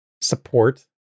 support